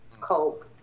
cope